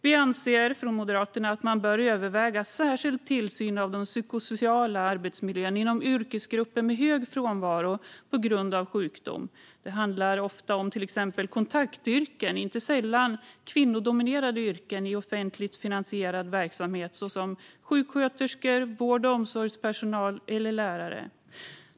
Vi anser från Moderaternas sida att man bör överväga särskild tillsyn av den psykosociala arbetsmiljön inom yrkesgrupper med hög frånvaro på grund av sjukdom. Det handlar ofta om till exempel kontaktyrken, inte sällan kvinnodominerade yrken i offentligt finansierad verksamhet såsom sjuksköterskor, vård och omsorgspersonal eller lärare.